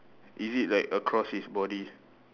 is it like across his body